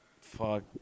Fuck